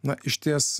na išties